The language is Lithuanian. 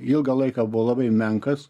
ilgą laiką buvo labai menkas